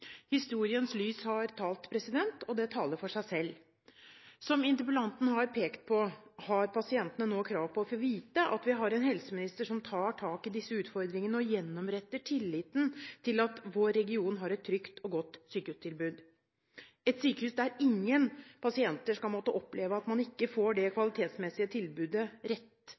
«Historiens lys» har talt, og det taler for seg selv. Som interpellanten har pekt på, har pasientene nå krav på å få vite at vi har en helse- og omsorgsminister som tar tak i disse utfordringene, og gjenoppretter tilliten til at vår region har et trygt og godt sykehustilbud, der ingen pasienter skal måtte oppleve at man ikke får det rette tilbudet